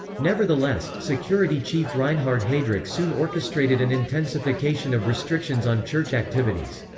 nevertheless, security chief reinhard heydrich soon orchestrated an intensification of restrictions on church activities.